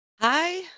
Hi